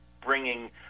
bringing